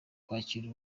kwakira